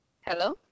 Hello